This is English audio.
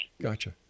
Gotcha